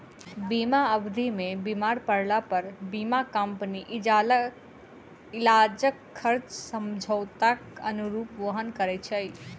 बीमा अवधि मे बीमार पड़लापर बीमा कम्पनी इलाजक खर्च समझौताक अनुरूप वहन करैत छै